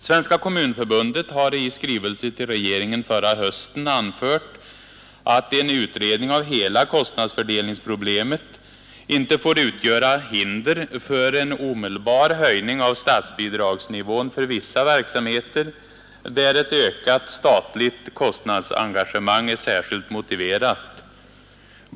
Svenska kommunförbundet har i skrivelse till regeringen förra hösten anfört att en utredning av hela kostnadsfördelningsproblemet inte får utgöra hinder för en omedelbar höjning av statsbidragsnivån för vissa verksamheter, där ett ökat statligt kostnadsengagemenag är särskilt motiverat.